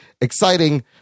Exciting